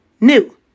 new